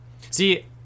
See